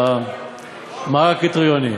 במערך הקריטריונים.